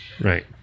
Right